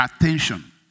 attention